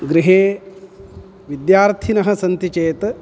गृहे विद्यार्थिनः सन्ति चेत्